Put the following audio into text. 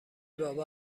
بابا